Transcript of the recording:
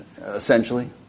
essentially